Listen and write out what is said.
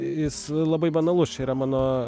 jis labai banalus čia yra mano